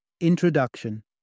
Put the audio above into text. Introduction